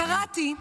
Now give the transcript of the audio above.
קראתי: